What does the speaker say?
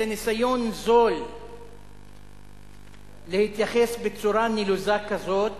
זה ניסיון זול להתייחס בצורה נלוזה כזאת